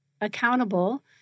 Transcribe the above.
accountable